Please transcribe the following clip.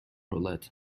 roulette